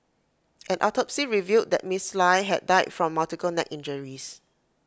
an autopsy revealed that miss lie had died from multiple neck injuries